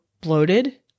bloated